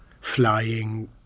flying